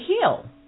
heal